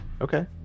Okay